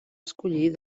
escollir